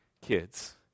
kids